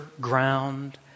ground